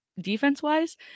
defense-wise